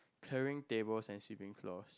clearing tables and sweeping floors